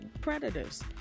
predators